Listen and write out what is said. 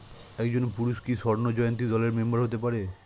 একজন পুরুষ কি স্বর্ণ জয়ন্তী দলের মেম্বার হতে পারে?